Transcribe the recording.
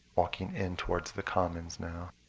walking in towards the commons now.